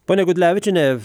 ponia gudlevičiene